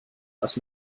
was